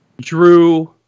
Drew